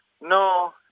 No